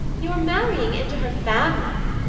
you're marrying into her family.